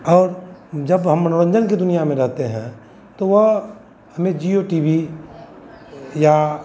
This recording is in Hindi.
और जब हम मनोरंजन की दुनिया में रहते हैं तो वह हमें जिओ टी वी या